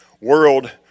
world